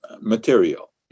material